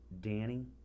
Danny